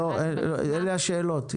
אלה השאלות.